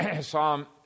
Psalm